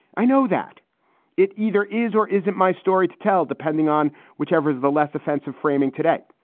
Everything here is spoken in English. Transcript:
i know that it either is or isn't my story to tell, depending on whichever is the less offensive framing today.